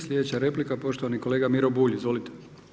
Sljedeća replika poštovani kolega Miro Bulj, izvolite.